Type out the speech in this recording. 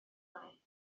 hynny